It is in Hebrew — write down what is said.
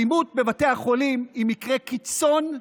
האלימות בבתי החולים היא מקרה קיצון,